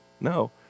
no